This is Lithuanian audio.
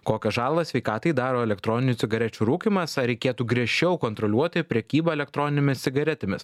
kokią žalą sveikatai daro elektroninių cigarečių rūkymas ar reikėtų griežčiau kontroliuoti prekybą elektroninėmis cigaretėmis